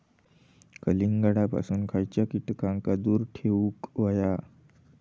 कलिंगडापासून खयच्या कीटकांका दूर ठेवूक व्हया?